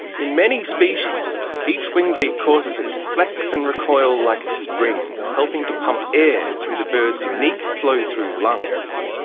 in many species, each wing beat causes it to flex and recoil like a spring, helping to pump air through the bird's unique flow-through lungs.